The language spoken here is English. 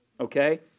Okay